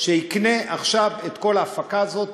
שיקנה עכשיו את כל ההפקה הזאת,